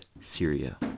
Syria